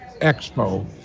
Expo